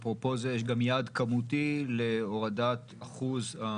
אפרופו זה יש גם יעד כמותי להורדת האחוז.